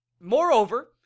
Moreover